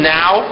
now